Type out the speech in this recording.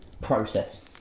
process